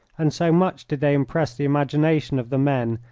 and so much did they impress the imagination of the men,